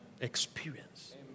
experience